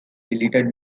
deleted